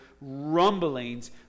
rumblings